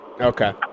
Okay